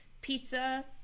pizza